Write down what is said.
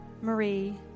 Marie